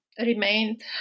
remained